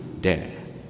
death